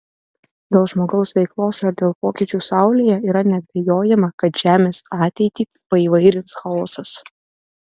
dėl žmogaus veiklos ar dėl pokyčių saulėje yra neabejojama kad žemės ateitį paįvairins chaosas